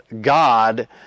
God